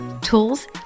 tools